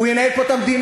הוא ינהל פה את המדינה.